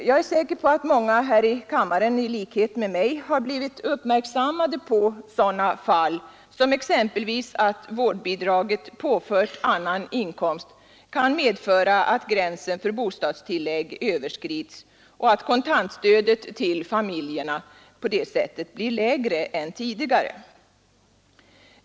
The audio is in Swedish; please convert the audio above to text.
Jag är säker på att många här i kammaren i likhet med mig har blivit uppmärksammade på sådana fall som att vårdbidraget, påfört annan inkomst, kan medföra att gränsen för bostadstillägg överskrids och att kontantstödet till familjerna på det sättet blir lägre än tidigare.